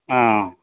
ಹಾಂ